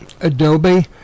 Adobe